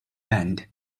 band